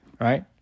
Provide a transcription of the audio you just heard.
right